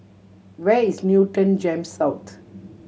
where is Newton GEMS South